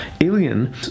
alien